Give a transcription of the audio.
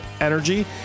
energy